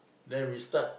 then we start